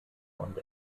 und